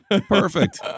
perfect